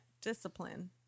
discipline